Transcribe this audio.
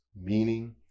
meaning